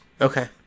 Okay